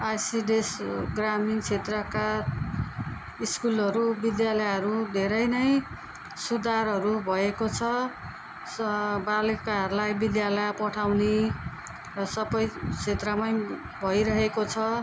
ICDS ग्रामीण क्षेत्रका स्कुलहरू विद्यालयहरू धेरै नै सुधारहरू भएको छ स बालिकाहरूलाई विद्यालय पठाउने सबै क्षेत्रमै भइरहेको छ